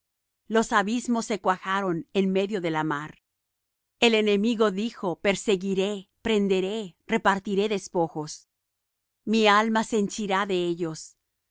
los abismos se cuajaron en medio de la mar el enemigo dijo perseguiré prenderé repartiré despojos mi alma se henchirá de ellos